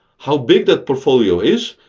how big that portfolio is,